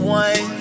one